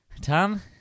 Tom